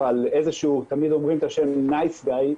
מתייחסים לזה ואומרים את השם "נייס גאי",